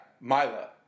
Mila